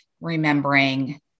remembering